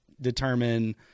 determine